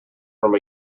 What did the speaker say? from